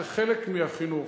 זה חלק מהחינוך,